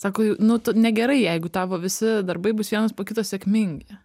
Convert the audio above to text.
sako nu tu negerai jeigu tavo visi darbai bus vienas po kito sėkmingi